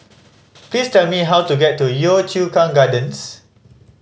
please tell me how to get to Yio Chu Kang Gardens